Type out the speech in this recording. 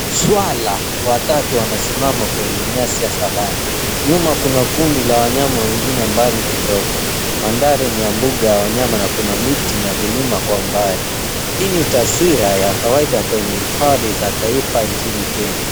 Swara watatu wanasimama kwenye nyasi ya Savannah. Nyuma, kuna kundi la wanyama wengine mbali kidogo. Mandhari ni ya mbuga ya wanyama na kuna miti na vilima kwa umbali. Hii ni taswira ya kawaida kwenye hifadhi za taifa nchini Kenya.